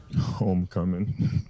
Homecoming